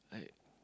like